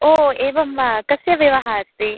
ओ एवं वा कस्य विवाहः अस्ति